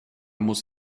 muss